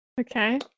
Okay